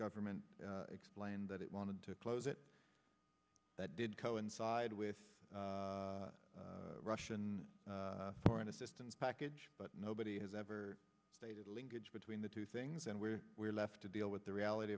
government explained that it wanted to close it that did coincide with the russian foreign assistance package but nobody has ever stated a linkage between the two things and where we're left to deal with the reality